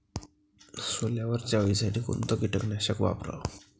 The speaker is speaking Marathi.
सोल्यावरच्या अळीसाठी कोनतं कीटकनाशक वापराव?